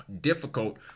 difficult